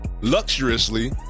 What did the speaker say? luxuriously